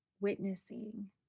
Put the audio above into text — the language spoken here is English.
witnessing